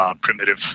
primitive